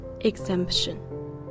exemption